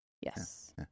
yes